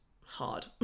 hard